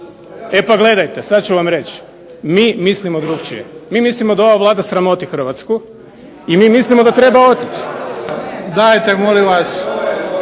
E pa gledajte, sad ću vam reći. Mi mislimo drukčije. Mi mislimo da ova Vlada sramoti Hrvatsku, i mi mislimo da treba otići. **Bebić,